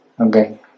okay